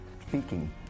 speaking